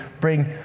bring